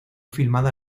filmada